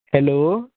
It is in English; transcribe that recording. hello